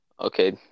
Okay